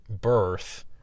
birth